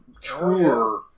truer